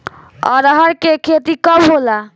अरहर के खेती कब होला?